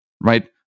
right